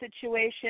situation